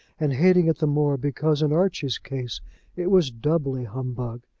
and hating it the more because in archie's case it was doubly humbug.